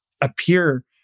appear